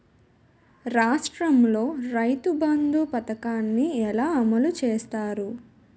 రాష్ట్రంలో రైతుబంధు పథకాన్ని ఎలా అమలు చేస్తారు?